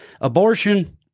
abortion